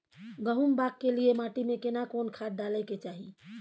गहुम बाग के लिये माटी मे केना कोन खाद डालै के चाही?